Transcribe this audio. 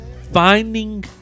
Finding